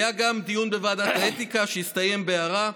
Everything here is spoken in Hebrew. היה גם דיון בוועדת האתיקה שהסתיים בהערה.